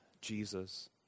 Jesus